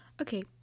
okay